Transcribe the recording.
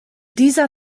dieser